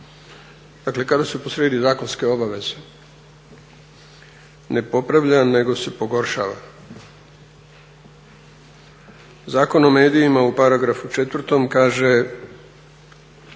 dakle kada su posrijedi zakonske obaveze ne popravlja nego se pogoršava. Zakon o medijima u paragrafu 4.-tom kaže